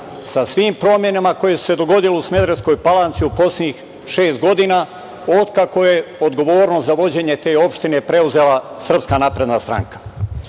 sa svim promenama koje su se dogodile u Smederevskoj Palanci u poslednjih šest godina od kako je odgovornost za vođenje te opštine preuzela SNS.Pre šest-sedam